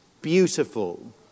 Beautiful